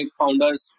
founders